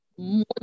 more